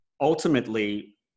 ultimately